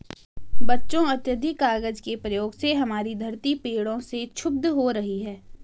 बच्चों अत्याधिक कागज के प्रयोग से हमारी धरती पेड़ों से क्षुब्ध हो रही है